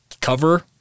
cover